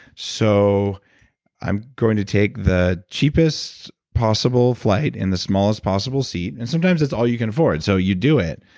so i'm going to take the cheapest possible flight in the smallest possible seat. and sometimes it's all you can afford, so you do it.